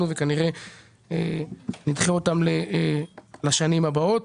- אנחנו כנראה נדחה אותם לשנים הבאות.